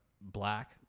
black